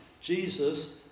Jesus